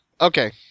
Okay